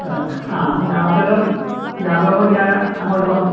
ആ ആ ജാതകം ജാതകം കൊണ്ട് ഞാൻ അങ്ങോട്ട് വന്ന്